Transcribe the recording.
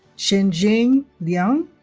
qianjing liang